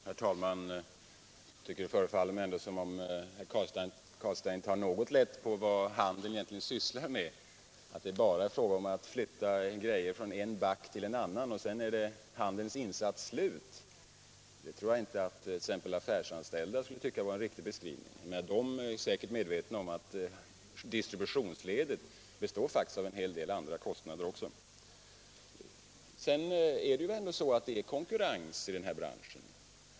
Herr talman! Det förefaller mig som om herr Carlstein tar något lätt på vad handeln egentligen sysslar med. Att det bara är fråga om att flytta grejor från en back till en annan, och sedan är handelns insats slut — det tror jag inte att t.ex. affärsanställda skulle tycka vara en riktig beskrivning. De är säkert medvetna om att distributionsledet faktiskt består av en hel del andra kostnader också. Sedan är det ju ändå konkurrens i denna bransch.